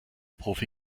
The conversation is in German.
profi